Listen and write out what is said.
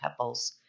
Pepples